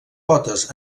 potes